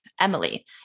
Emily